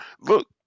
look